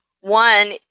one